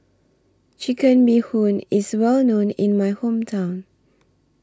Chicken Bee Hoon IS Well known in My Hometown